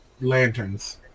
Lanterns